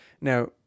Now